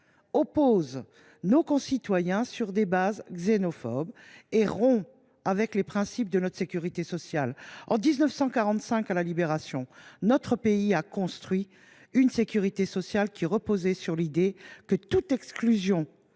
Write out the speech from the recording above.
oppose nos concitoyens sur des bases xénophobes et rompt avec les principes de notre sécurité sociale. En 1945, à la Libération, notre pays a construit une sécurité sociale qui reposait sur l’idée que toute exclusion